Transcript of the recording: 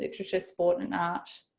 literature, sport and art,